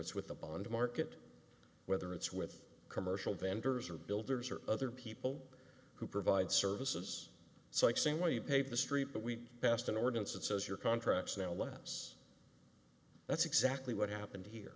it's with the bond market whether it's with commercial vendors or builders or other people who provide services so like saying well you pave the street but we've passed an ordinance that says your contracts now less that's exactly what happened here